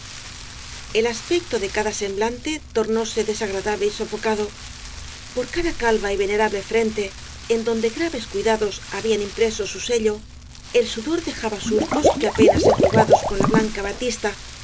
el aspecto de cada semblante tornóse desagradable y sofocado por cada calva y venerable frente en donde graves cuidados habían impreso su sello el sudor dejaba surcos que apenas enjugados con la blanca batista